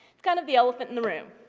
it's kind of the elephant in the room.